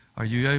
are you yeah